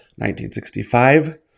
1965